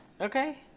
Okay